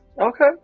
Okay